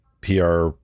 PR